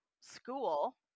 school